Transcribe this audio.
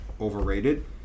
overrated